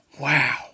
Wow